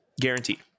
guaranteed